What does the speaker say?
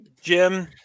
Jim